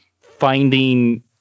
finding